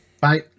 bye